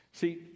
See